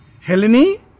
Helene